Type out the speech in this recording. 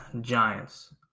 Giants